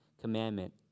commandment